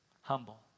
humble